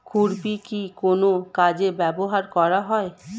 খুরপি কি কোন কাজে ব্যবহার করা হয়?